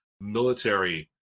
military